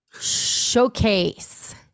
Showcase